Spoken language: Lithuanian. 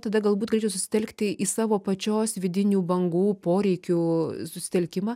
tada galbūt galėčiau susitelkti į savo pačios vidinių bangų poreikių susitelkimą